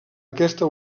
aquesta